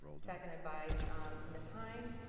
seconded by ms. hynes.